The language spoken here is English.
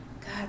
God